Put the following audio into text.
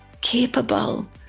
capable